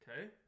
Okay